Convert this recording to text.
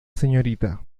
srta